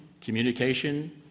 communication